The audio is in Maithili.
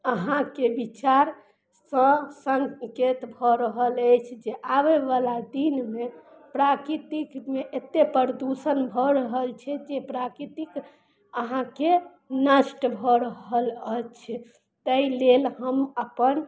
अहाँके विचारसँ सङ्केत भऽ रहल अछि जे आबयवला दिनमे प्राकृतिकमे एते प्रदूषण भऽ रहल छै जे प्राकृतिक अहाँके नष्ट भऽ रहल अछि तै लेल हम अपन